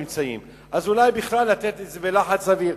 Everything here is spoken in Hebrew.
אז אולי בכלל לעשות את זה בלחץ אוויר?